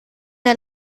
der